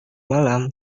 malam